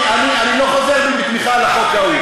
אני לא חוזר בי מתמיכה בחוק ההוא.